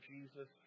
Jesus